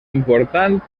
important